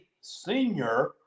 senior